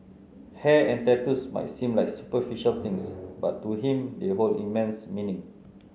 hair and tattoos might seem like superficial things but to him they hold immense meaning